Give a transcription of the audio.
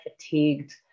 fatigued